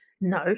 No